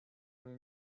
mnie